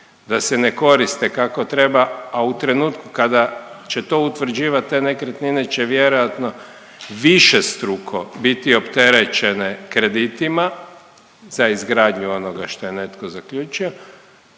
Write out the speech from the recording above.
da se ne koriste kako treba, a u trenutku kada će to utvrđivat te nekretnine će vjerojatno višestruko biti opterećene kreditima za izgradnju onoga što je netko zaključio,